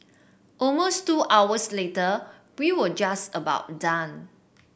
almost two hours later we were just about done